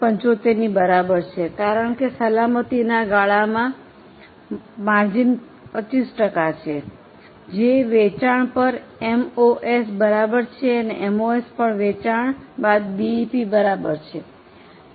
75 ની બરાબર છે કારણ કે સલામતીના ગાળામાં માર્જિન 25 ટકા છે જે વેચાણ પર એમઓએસ બરાબર છે અને એમઓએસ પણ વેચાણ બાદ બીઇપી બરાબર છે